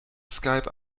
skype